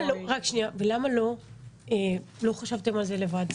ולמה לא חשבתם על זה לבד?